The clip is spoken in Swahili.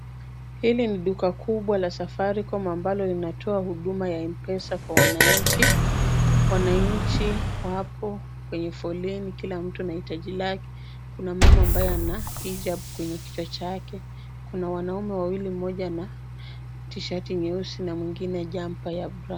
Hili ni duka kubwa la Safaricom ambalo linatoa huduma ya M-Pesa kwa wananchi. Wananchi wapo kwenye foleni kila mtu na hitaji lake. Kuna mama ambaye ana hijab kwenye kichwa chake, kuna wanaume wawili mmoja ana tishati nyeusi na mwingine jampa ya brown .